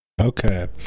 Okay